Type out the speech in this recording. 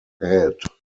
head